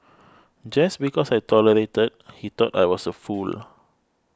just because I tolerated he thought I was a fool